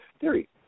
Theory